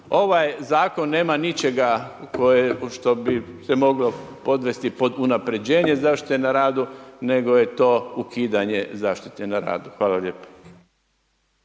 Ovaj zakon nema ničega u što bi se moglo podvesti unapređenje, zašto je na radu nego je to ukidanje zaštite na radu. Hvala lijepo.